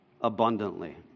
abundantly